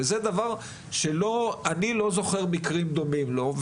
וזה דבר שאני לא זוכר מקרים דומים לו.